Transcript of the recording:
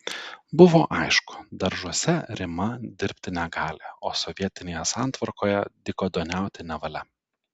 buvo aišku daržuose rima dirbti negali o sovietinėje santvarkoje dykaduoniauti nevalia